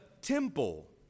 temple